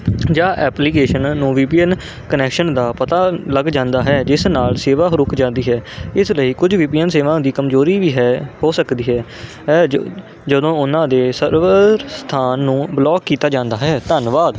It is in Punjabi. ਜਾਂ ਐਪਲੀਕੇਸ਼ਨ ਨੂੰ ਵੀ ਪੀ ਐਨ ਕਨੈਕਸ਼ਨ ਦਾ ਪਤਾ ਲੱਗ ਜਾਂਦਾ ਹੈ ਜਿਸ ਨਾਲ ਸੇਵਾ ਰੁਕ ਜਾਂਦੀ ਹੈ ਇਸ ਲਈ ਕੁਝ ਵੀ ਪੀ ਐਨ ਸੇਵਾ ਦੀ ਕਮਜ਼ੋਰੀ ਵੀ ਹੈ ਹੋ ਸਕਦੀ ਹੈ ਇਹ ਜਦੋਂ ਉਹਨਾਂ ਦੇ ਸਰਵਰ ਸਥਾਨ ਨੂੰ ਬਲੋਕ ਕੀਤਾ ਜਾਂਦਾ ਹੈ ਧੰਨਵਾਦ